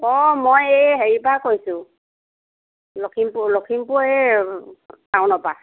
মই এই হেৰিপৰা কৈছোঁ লখিমপুৰ লখিমপুৰ এই টাউনৰ পৰা